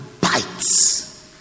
bites